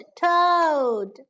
toad